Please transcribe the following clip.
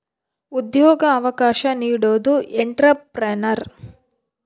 ಉದ್ಯೋಗ ಅವಕಾಶ ನೀಡೋದು ಎಂಟ್ರೆಪ್ರನರ್